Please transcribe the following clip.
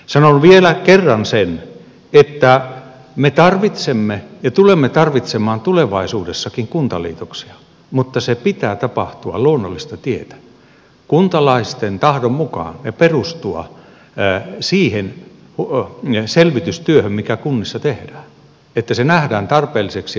sanon vielä kerran sen että me tarvitsemme ja tulemme tarvitsemaan tulevaisuudessakin kuntaliitoksia mutta sen pitää tapahtua luonnollista tietä kuntalaisten tahdon mukaan ja perustua siihen selvitystyöhön mikä kunnissa tehdään että se nähdään tarpeelliseksi ja se tuo tuloksia